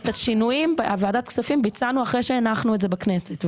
את השינויים בוועדת כספים ביצענו אחרי שהנחנו את זה בכנסת.